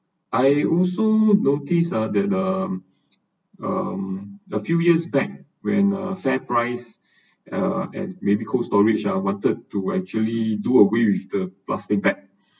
I also noticed that the um a few years back when a fairprice and uh may cold storage uh wanted to actually do away with the plastic bag